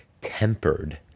tempered